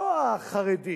לא החרדי,